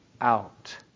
out